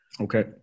okay